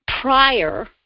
prior